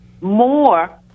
more